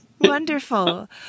Wonderful